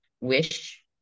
wish